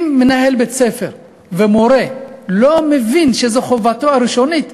אם מנהל בית-ספר או מורה לא מבין שזו חובתו הראשונית,